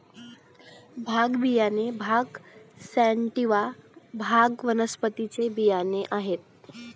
भांग बियाणे भांग सॅटिवा, भांग वनस्पतीचे बियाणे आहेत